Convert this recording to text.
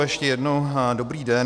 Ještě jednou dobrý den.